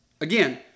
Again